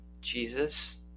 jesus